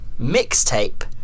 mixtape